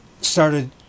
started